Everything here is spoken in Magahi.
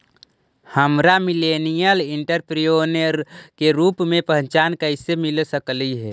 हमरा मिलेनियल एंटेरप्रेन्योर के रूप में पहचान कइसे मिल सकलई हे?